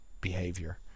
behavior